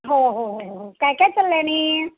हो हो हो हो हो काय काय चाललं आहे आणि